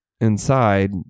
inside